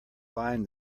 bind